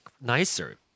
nicer